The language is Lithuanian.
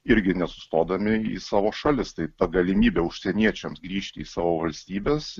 irgi nesustodami į savo šalis tai ta galimybė užsieniečiams grįžti į savo valstybes